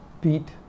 beat